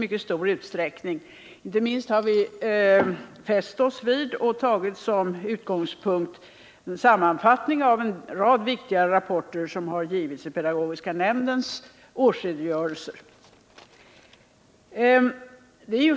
Inte minst har vi fäst oss vid och tagit som utgångspunkt en sammanfattning av en rad viktiga rapporter som har gjorts i pedagogiska nämndens årsredogörelse.